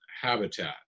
habitat